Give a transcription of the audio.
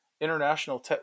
international